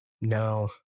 no